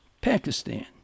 Pakistan